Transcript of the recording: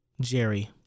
Jerry